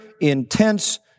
intense